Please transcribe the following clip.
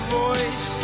voice